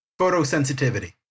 Photosensitivity